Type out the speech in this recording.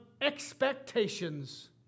Expectations